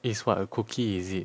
it's what a cookie is it